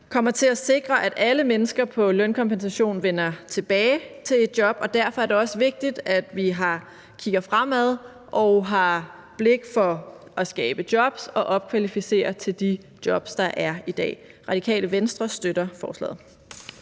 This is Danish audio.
her kommer til at sikre, at alle mennesker på lønkompensation vender tilbage til et job, og derfor er det også vigtigt, at vi kigger fremad og har blik for at skabe job og opkvalificere til de job, der er i dag. Radikale Venstre støtter forslaget.